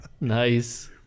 Nice